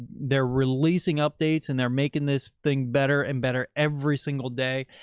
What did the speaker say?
they're releasing updates and they're making this thing better and better every single day.